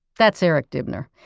that's eric dibner.